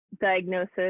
diagnosis